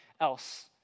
else